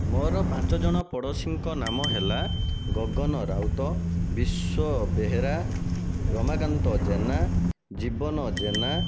ମୋର ପାଞ୍ଚଜଣ ପଡ଼ୋଶୀଙ୍କ ନାମ ହେଲା ଗଗନ ରାଉତ ବିଶ୍ୱ ବେହେରା ରମାକାନ୍ତ ଜେନା ଜୀବନ ଜେନା